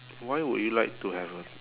why would you like to have a